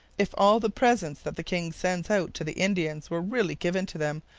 if all the presents that the king sends out to the indians were really given to them,